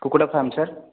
କୁକୁଡ଼ା farm sir